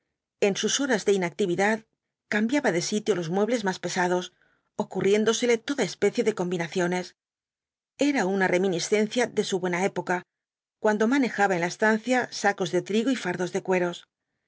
en sus horas de inactividad cambiaba de sitio los muebles más pesados ocurriéndosele toda especie de combinaciones era una reminiscencia de su buena época cuando manejaba en la estancia sacos de trigo y fardos de cueros